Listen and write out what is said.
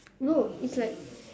no it's like